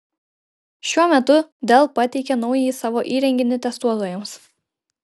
šiuo metu dell pateikė naująjį savo įrenginį testuotojams